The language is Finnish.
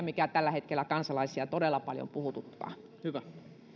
mikä tällä hetkellä kansalaisia todella paljon puhututtaa